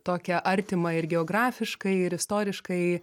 tokią artimą ir geografiškai ir istoriškai